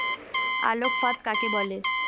আলোক ফাঁদ কাকে বলে?